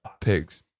pigs